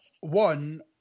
one